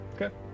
okay